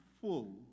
full